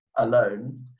Alone